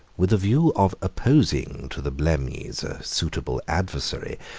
with a view of opposing to the blemmyes a suitable adversary,